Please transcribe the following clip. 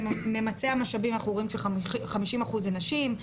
--- המשאבים אנחנו רואים ש-50% זה נשים,